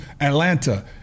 Atlanta